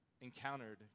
encountered